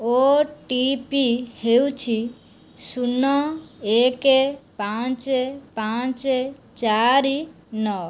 ଓ T P ହେଉଛି ଶୂନ ଏକ ପାଞ୍ଚ ପାଞ୍ଚ ଚାରି ନଅ